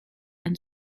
and